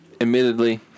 admittedly